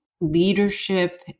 leadership